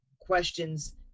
questions